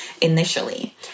initially